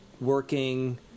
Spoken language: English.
working